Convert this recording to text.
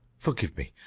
forgive me!